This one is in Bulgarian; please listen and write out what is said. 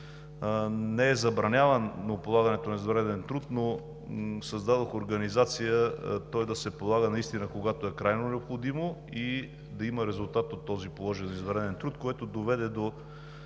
не забранявам полагането на извънреден труд, но създадох организация той да се полага наистина когато е крайно необходимо и да има резултат от този положен извънреден труд, което доведе до